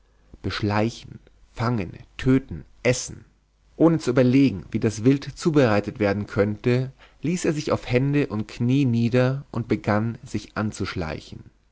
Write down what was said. beschleichen fangen töten essen ohne zu überlegen wie das wild zubereitet werden könnte ließ er sich auf hände und knie nieder und begann sich anzuschleichen